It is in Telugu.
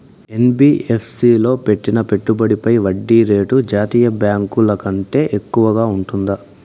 యన్.బి.యఫ్.సి లో పెట్టిన పెట్టుబడి పై వడ్డీ రేటు జాతీయ బ్యాంకు ల కంటే ఎక్కువగా ఉంటుందా?